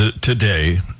today